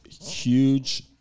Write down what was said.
huge